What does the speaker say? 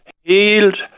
healed